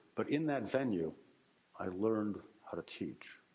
but in that venue i learned how to teach.